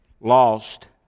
lost